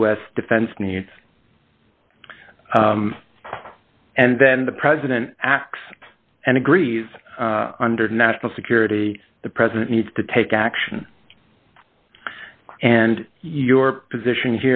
s defense needs and then the president acts and agrees under national security the president needs to take action and your position